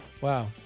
Wow